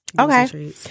Okay